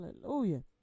hallelujah